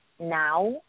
now